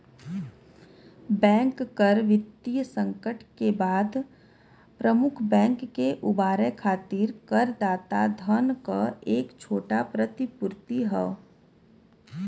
bank कर वित्तीय संकट के बाद प्रमुख बैंक के उबारे खातिर करदाता धन क एक छोटा प्रतिपूर्ति हौ